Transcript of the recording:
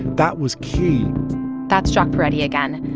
that was key that's jacques peretti again.